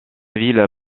ville